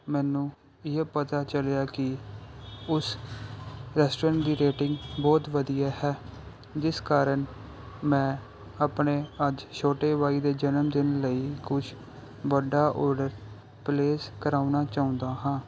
ਮੈਨੂੰ ਇਹ ਪਤਾ ਚਲਿਆ ਕਿ ਉਸ ਰੈਸਟੋਰੈਂਟ ਦੀ ਰੇਟਿੰਗ ਬਹੁਤ ਵਧੀਆ ਹੈ ਜਿਸ ਕਾਰਣ ਮੈਂ ਆਪਣੇ ਅੱਜ ਛੋਟੇ ਬਾਈ ਦੇ ਜਨਮਦਿਨ ਲਈ ਕੁਛ ਵੱਡਾ ਔਡਰ ਪਲੇਸ ਕਰਾਉਣਾ ਚਾਹੁੰਦਾ ਹਾਂ